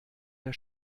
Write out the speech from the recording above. der